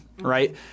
right